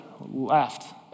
left